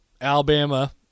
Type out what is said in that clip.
Alabama